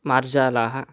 मार्जालाः